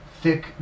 thick